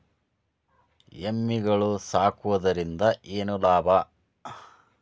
ಎಮ್ಮಿಗಳು ಸಾಕುವುದರಿಂದ ಏನು ಲಾಭ?